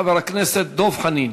חבר הכנסת דב חנין.